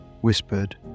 whispered